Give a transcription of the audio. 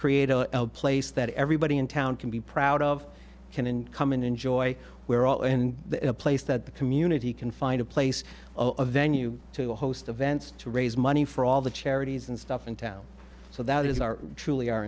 create a place that everybody in town can be proud of can and come and enjoy we are all in the place that the community can find a place of venue to host a vent to raise money for all the charities and stuff in town so that is our truly